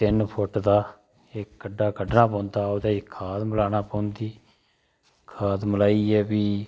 तीन फुट्ट दा इक्क खड्ढा कड्ढना पौंदा ओह्दे ई खाद मिलाना पौंदी खाद मिलाइयै भी